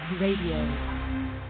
Radio